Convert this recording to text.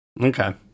Okay